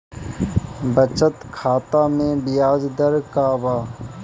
बचत खाता मे ब्याज दर का बा?